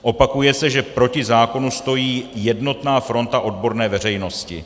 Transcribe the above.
Opakuje se, že proti zákonu stojí jednotná fronta odborné veřejnosti.